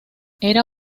era